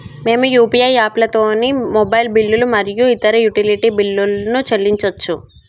మేము యూ.పీ.ఐ యాప్లతోని మొబైల్ బిల్లులు మరియు ఇతర యుటిలిటీ బిల్లులను చెల్లించచ్చు